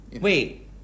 Wait